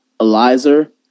Eliza